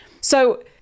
So-